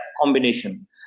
combination